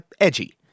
edgy